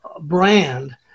brand